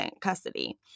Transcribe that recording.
custody